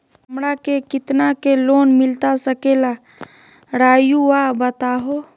हमरा के कितना के लोन मिलता सके ला रायुआ बताहो?